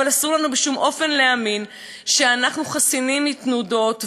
אבל אסור לנו בשום אופן להאמין שאנחנו חסינים מתנודות.